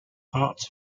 parts